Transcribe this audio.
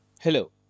Hello